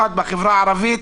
בעיקר בחברה הערבית,